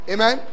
Amen